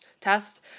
test